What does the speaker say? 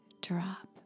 drop